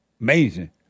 Amazing